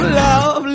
love